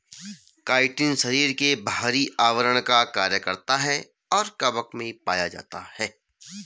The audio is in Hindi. काइटिन शरीर के बाहरी आवरण का कार्य करता है और कवक में पाया जाता है